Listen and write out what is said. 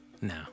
No